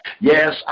yes